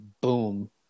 boom